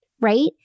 right